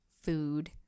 food